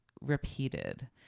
repeated